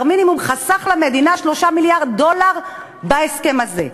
המינימום חסך למדינה 3 מיליארד דולר בהסכם הזה,